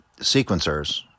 sequencers